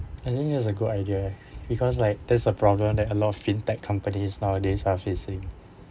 I think it's a good idea because like there is a problem that a lot of fintech companies nowadays are facing